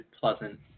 pleasant